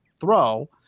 throw